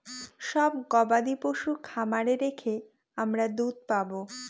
সব গবাদি পশু খামারে রেখে আমরা দুধ পাবো